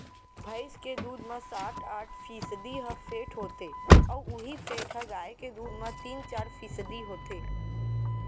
भईंस के दूद म सात आठ फीसदी ह फेट होथे अउ इहीं फेट ह गाय के दूद म तीन चार फीसदी होथे